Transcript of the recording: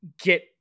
get